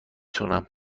تونم